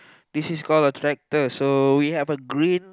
this is call a tractor so we have a green